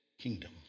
kingdom